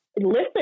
listen